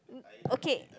n~ okay